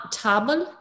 table